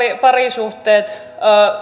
parisuhteet